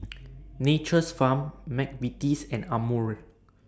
Nature's Farm Mcvitie's and Amore